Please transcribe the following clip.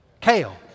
Kale